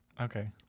Okay